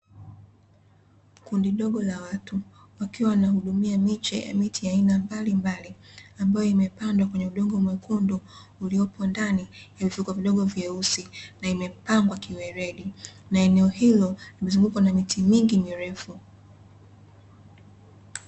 Kundi dogo la watu wakiwa wanahudumia miche ya miti ya aina mbalimbali, ambayo imepandwa kwenye udongo mwekundu uliopondani ya vifuko vidogo vyeusi, na imepangwa kiuweledi, na eneo hilo limezungukwa na miti mingi mirefu.